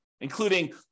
including